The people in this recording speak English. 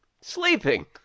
sleeping